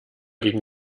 gegen